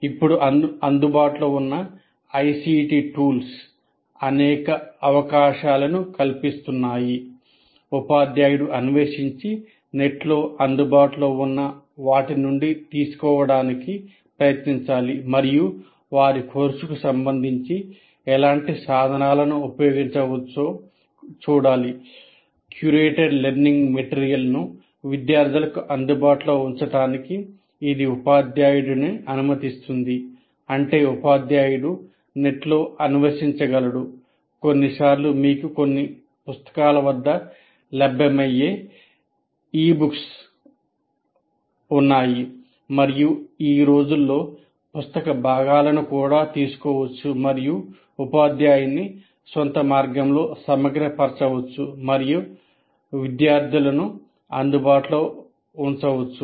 ఇప్పుడు అందుబాటులో ఉన్న ఐసిటి సాధనాలు ఉన్నాయి మరియు అవి ఈ రోజుల్లో పుస్తక భాగాలను కూడా తీసుకోవచ్చు మరియు ఉపాధ్యాయుని స్వంత మార్గంలో సమగ్రపరచవచ్చు మరియు విద్యార్థులకు అందుబాటులో ఉంచవచ్చు